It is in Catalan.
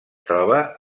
troba